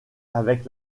avec